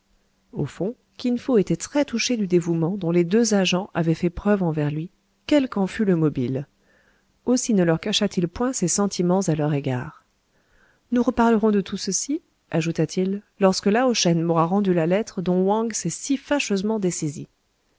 au fond kin fo était très touché du dévouement dont les deux agents avaient fait preuve envers lui quel qu'en fût le mobile aussi ne leur cacha t il point ses sentiments à leur égard nous reparlerons de tout ceci ajouta-t-il lorsque lao shen m'aura rendu la lettre dont wang s'est si